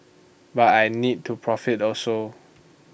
but I need to profit also